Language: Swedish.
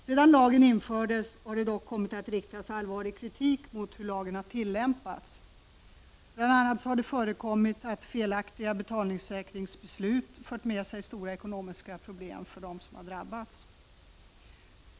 Sedan lagen infördes har det dock kommit att riktas allvarlig kritik mot hur lagen har tillämpats. Bl.a. har det förekommit att felaktiga betalningssäkringsbeslut fört med sig stora ekonomiska problem för dem som drabbats.